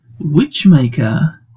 Witchmaker